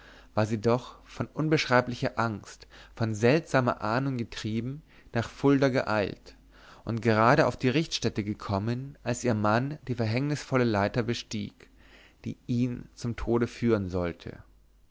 war sie doch von unbeschreiblicher angst von seltsamer ahnung getrieben nach fulda geeilt und gerade auf die richtstätte gekommen als ihr mann die verhängnisvolle leiter bestieg die ihn zum tode führen sollte